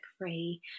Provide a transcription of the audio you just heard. free